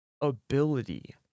ability